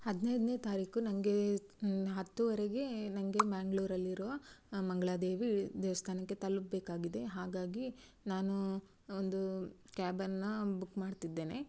ಹದಿನೈದನೇ ತಾರೀಕು ನನಗೆ ಹತ್ತುವರೆಗೆ ನನಗೆ ಮಂಗ್ಳೂರಲ್ಲಿರುವ ಮಂಗಳಾದೇವಿ ದೇವಸ್ಥಾನಕ್ಕೆ ತಲುಪಬೇಕಾಗಿದೆ ಹಾಗಾಗಿ ನಾನು ಒಂದು ಕ್ಯಾಬನ್ನು ಬುಕ್ ಮಾಡ್ತಿದ್ದೇನೆ